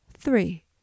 Three